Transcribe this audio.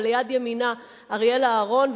וליד ימינה אריאלה אהרון,